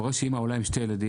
קורה שאימא עולה עם שני ילדים,